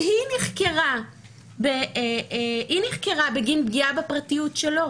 והיא נחקרה בגין פגיעה בפרטיות שלו.